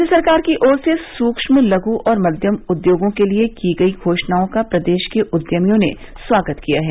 केंद्र सरकार की ओर से सूक्ष्म लघु और मध्यम उद्योगों के लिए की गयी घोषणाओं का प्रदेश के उद्यमियों ने स्वागत किया है